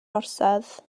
orsedd